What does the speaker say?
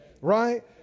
right